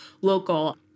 Local